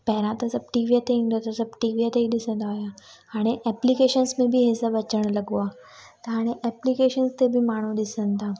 पहिरां त सभु टीवीअ ते ईंदो त सभु टीवीअ ते ई ॾिसंदा हुया हाणे एप्लिकेशन्स में बि हीअ सभु अचनि लॻो आहे त हाणे एप्लिकेशन ते बि माण्हू ॾिसनि था